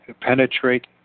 penetrate